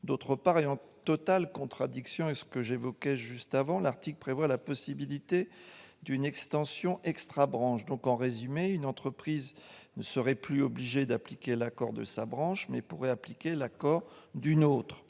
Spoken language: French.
ailleurs, et en totale contradiction avec ce que j'évoquais précédemment, l'article prévoit la possibilité d'une extension extra-branche. En résumé, une entreprise ne serait plus obligée d'appliquer l'accord de sa branche et pourrait appliquer l'accord d'une autre